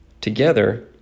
together